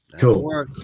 cool